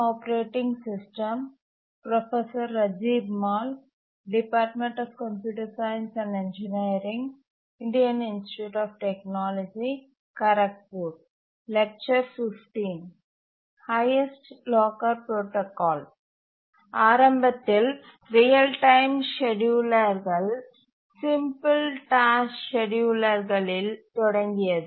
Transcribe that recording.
ஆரம்பத்தில் real time ஸ்கேட்யூலர்கள் simple task scheduler களில் தொடங்கியது